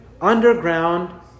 underground